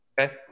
Okay